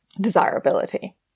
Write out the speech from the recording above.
desirability